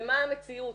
ומה המציאות.